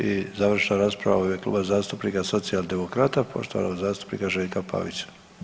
I završna rasprava u ime Kluba zastupnika Socijaldemokrata poštovanog zastupnika Željka Pavića.